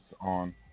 on